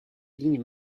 ligne